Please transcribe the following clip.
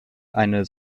eine